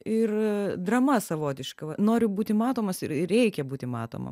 ir drama savotiška va noriu būti matomas ir ir reikia būti matomam